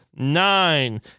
Nine